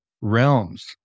realms